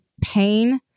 pain